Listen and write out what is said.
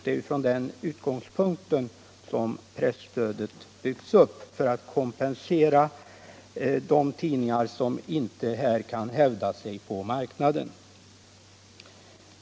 Det är från den utgångspunkten som presstödet byggts upp för att kompensera de tidningar som inte kan hävda sig på marknaden.